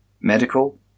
medical